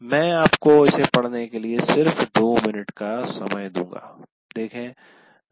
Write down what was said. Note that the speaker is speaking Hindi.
मैं आपको इसे पढ़ने के लिए सिर्फ 2 मिनट का समय दूंगा